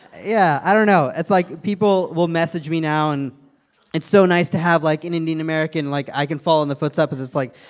yeah, i don't know. it's, like, people will message me now and it's so nice to have, like, an indian-american, like, i can follow in the footsteps. it's like,